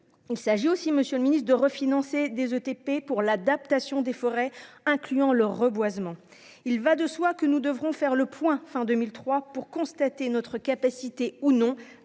il s'agit aussi, Monsieur le Ministre de refinancer des ETP pour l'adaptation des forêts, incluant le reboisement, il va de soi que nous devrons faire le point fin 2003 pour constater notre capacité ou non